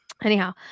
Anyhow